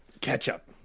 ketchup